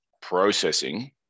processing